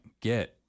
get